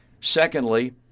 Secondly